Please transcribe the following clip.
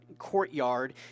courtyard